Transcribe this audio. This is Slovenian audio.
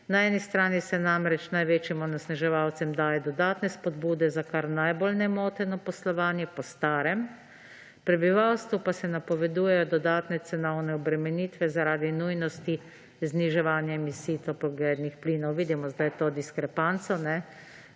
Na eni strani se namreč največjim onesnaževalcem dajejo dodatne spodbude za kar najbolj nemoteno poslovanje po starem, prebivalstvu pa se napovedujejo dodatne cenovne obremenitve zaradi nujnosti zniževanje emisij toplogrednih plinov. Vidimo sedaj to diskrepanco,